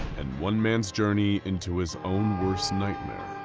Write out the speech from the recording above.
and one man's journey into his own worst nightmare.